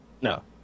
no